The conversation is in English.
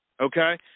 Okay